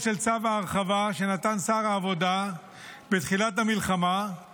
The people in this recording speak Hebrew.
של חבר הכנסת רם בן ברק וקבוצת חברי כנסת.